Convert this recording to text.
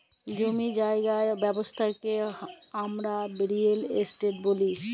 জমি জায়গার ব্যবচ্ছা কে হামরা রিয়েল এস্টেট ব্যলি